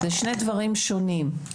אלה שני דברים שונים.